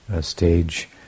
stage